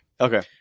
Okay